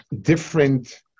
different